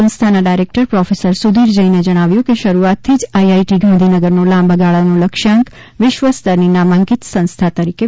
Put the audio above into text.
સંસ્થાના director professor Sudhir જૈને જણાવ્યું કે શરૂઆતથી જ આઈઆઈટી ગાંધીનગરનો લાંબાગાળાનો લક્ષ્યાંક વિશ્વસ્તરની નામાંકિત સંસ્થા તરીક વિકસાવવાનો હતો